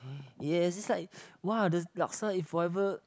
yes is like !wow! the laksa is forever